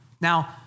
Now